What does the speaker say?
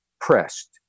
pressed